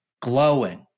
glowing